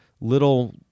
little